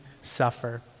suffer